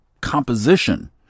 composition